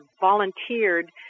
volunteered